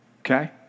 okay